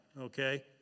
Okay